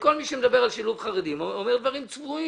שכל מי שמדבר על שילוב חרדים אומר דברים צבועים.